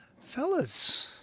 Fellas